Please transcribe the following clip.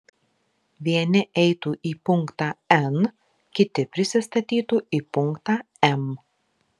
vieni eitų į punktą n kiti prisistatytų į punktą m